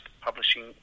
publishing